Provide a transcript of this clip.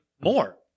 more